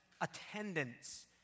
attendance